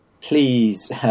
please